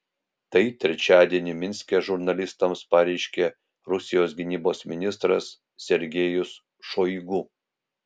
tai trečiadienį minske žurnalistams pareiškė rusijos gynybos ministras sergejus šoigu